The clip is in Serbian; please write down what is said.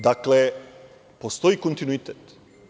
Dakle, postoji kontinuitet.